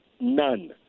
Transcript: none